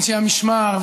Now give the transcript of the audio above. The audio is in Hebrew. ולאנשי המשמר,